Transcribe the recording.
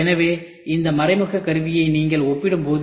எனவே இந்த மறைமுக கருவியை நீங்கள் ஒப்பிடும்போது